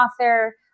author